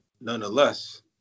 nonetheless